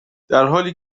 درحالی